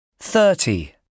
Thirty